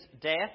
death